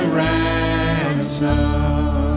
ransom